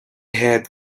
had